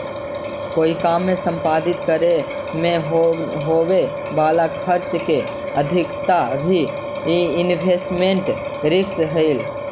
कोई काम के संपादित करे में होवे वाला खर्च के अधिकता भी इन्वेस्टमेंट रिस्क हई